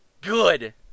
Good